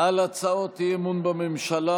על הצעות אי-אמון בממשלה,